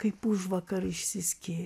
kaip užvakar išsiskyrę